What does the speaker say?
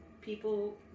people